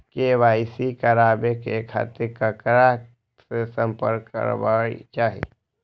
KYC कराबे के खातिर ककरा से संपर्क करबाक चाही?